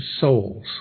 souls